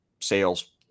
sales